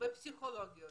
ופסיכולוגיות